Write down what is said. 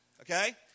okay